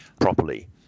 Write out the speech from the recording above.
properly